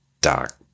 dark